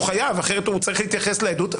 הוא חייב כי הוא צריך להתייחס לעדות.